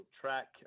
track